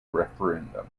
referendum